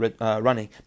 running